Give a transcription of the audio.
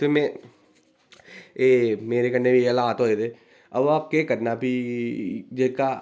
ते में एह् मेरे कन्नै बी एह् हालात होए दे अवा केह् करना फ्ही जेह्का